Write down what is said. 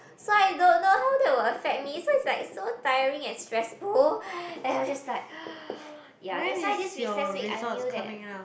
so I don't know how that will affect me so it's like so tiring and stressful and I'm just like ya that why this recess week I knew that